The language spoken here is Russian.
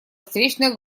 встречная